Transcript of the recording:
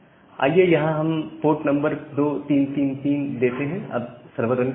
आइए यहां हम पोर्ट नंबर 2333 देते हैं अब सर्वर रन कर रहा है